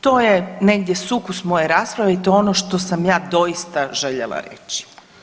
To je negdje sukus moje rasprave i to je ono što sam ja doista željela reći.